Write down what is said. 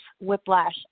whiplash